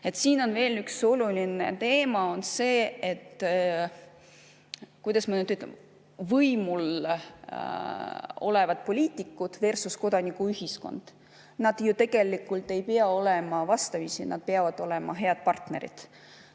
Siin veel üks oluline teema on, kuidas ma nüüd ütlen, võimul olevad poliitikudversuskodanikuühiskond. Nad ju tegelikult ei pea olema vastamisi, nad peavad olema head partnerid.